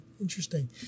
Interesting